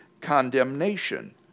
condemnation